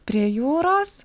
prie jūros